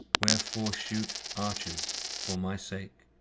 wherefore shoot, archers, for my sake,